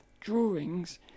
drawings